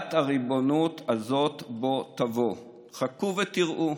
החלת הריבונות הזאת בוא תבוא, חכו ותראו.